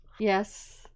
Yes